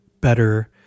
better